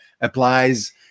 applies